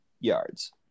yards